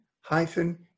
hyphen